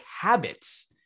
habits